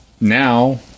now